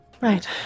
Right